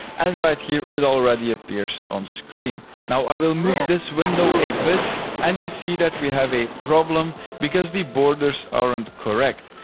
and right here, it already appears on-screen. now, i will move this window a bit and you see that we have a problem because the borders aren't correct.